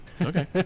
Okay